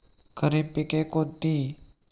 खरीप पिके कोणती?